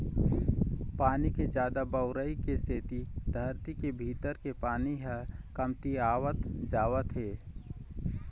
पानी के जादा बउरई के सेती धरती के भीतरी के पानी ह कमतियावत जावत हे